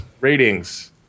Ratings